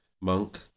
monk